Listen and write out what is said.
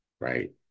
right